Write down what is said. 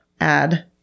add